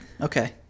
okay